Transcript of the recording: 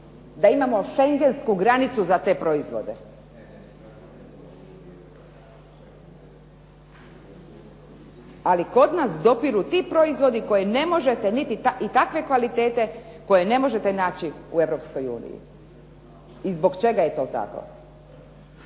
da imam šengensku granicu za te proizvode. Ali kod nas dopiru ti proizvodi koje ne možete niti, i takve kvalitete koje ne možete naći u Europskoj uniji. I zbog čega je to tako?